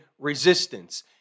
resistance